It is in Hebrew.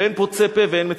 ואין פוצה פה ואין מצפצף.